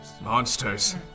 Monsters